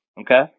Okay